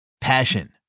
Passion